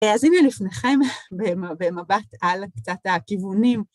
אז הנה לפניכם במבט על קצת הכיוונים...